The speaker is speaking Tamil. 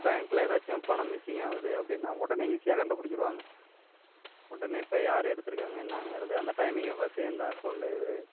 இப்போ பேங்க்கில் ஏதாச்சும் பணம் மிஸ்ஸிங் ஆகுது அப்படினா உடனே ஈஸியாக கண்டுபுடிச்சிடுவாங்க உடனே இப்போ யார் எடுத்திருக்காங்க என்னங்கிறது அந்த டைமிங்கை பார்த்து என்ன அகௌண்ட் இது